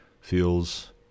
feels